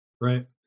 Right